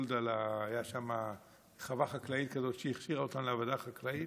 הייתה שם חווה חקלאית שהכשירה אותם לעבודה חקלאית.